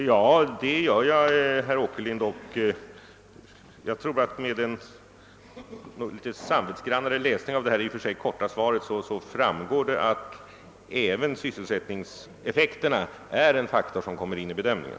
Herr talman! Jag kommer att göra det, herr Åkerlind. Vid ett noggrannare studium av mitt korta svar torde det också framgå att även sysselsättningseffekterna är en faktor som kommer in i bedömningen.